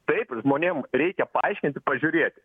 taip žmonėm reikia paaiškinti pažiūrėti